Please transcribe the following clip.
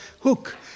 hook